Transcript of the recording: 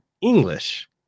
English